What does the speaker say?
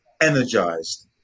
energized